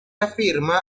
afirma